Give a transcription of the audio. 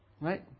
right